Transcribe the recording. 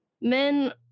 men